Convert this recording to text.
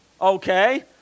Okay